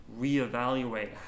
reevaluate